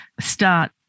start